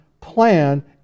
plan